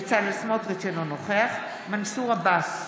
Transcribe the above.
בצלאל סמוטריץ' אינו נוכח מנסור עבאס,